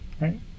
Right